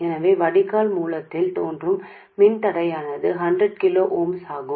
எனவே வடிகால் மூலத்தில் தோன்றும் மின்தடையானது 100 கிலோ ஓம்ஸ் ஆகும்